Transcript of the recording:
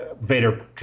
Vader